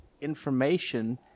information